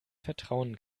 vertrauen